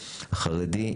החרדי,